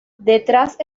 detrás